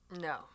No